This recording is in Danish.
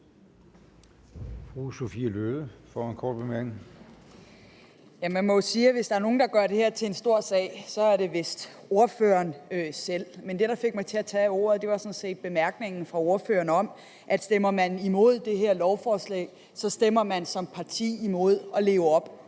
Man må jo sige, at hvis der er nogen, der gør det her til en stor sag, er det vist ordføreren selv. Men det, der fik mig til at tage ordet, var sådan set bemærkningen fra ordføreren om, at stemmer man imod det her lovforslag, stemmer man som parti imod at leve op